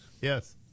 yes